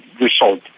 result